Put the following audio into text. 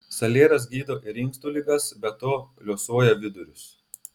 salieras gydo ir inkstų ligas be to liuosuoja vidurius